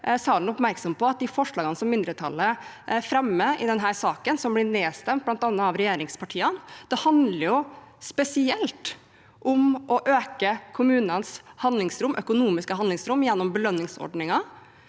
oppmerksom på at de forslagene som mindretallet fremmer i denne saken, som blir nedstemt bl.a. av regjeringspartiene, handler spesielt om å øke kommunenes økonomiske handlingsrom gjennom belønningsordningen